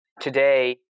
Today